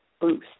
boost